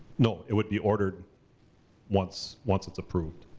no, it would be ordered once once it's approved.